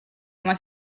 oma